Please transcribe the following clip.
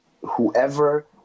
whoever